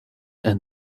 and